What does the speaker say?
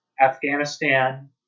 Afghanistan